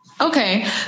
Okay